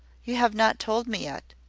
you have not told me yet.